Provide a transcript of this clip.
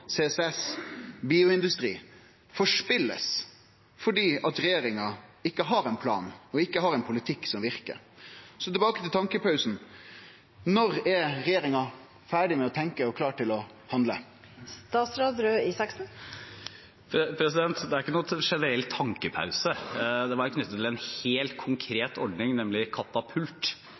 CCS og bioindustri, blir forspilt, fordi regjeringa ikkje har ein plan eller ein politikk som verkar. Så tilbake til tenkepausen: Når er regjeringa ferdig med å tenkje, og klar til å handle? Det er ikke noen generell tenkepause. Det var knyttet til en helt konkret ordning, nemlig Katapult,